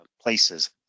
places